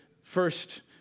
first